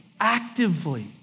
actively